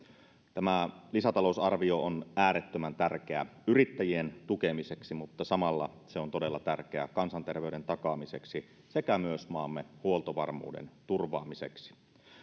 tämä lisätalousarvio on äärettömän tärkeä yrittäjien tukemiseksi mutta samalla se on todella tärkeä kansanterveyden takaamiseksi sekä myös maamme huoltovarmuuden turvaamiseksi